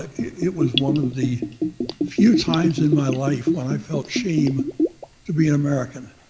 it was one of the few times in my life when i felt shame to be an american.